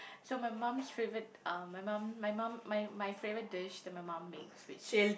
so my mum's favorite uh my mum my mum my my favorite dish that my mum makes which